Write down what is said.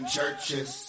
Churches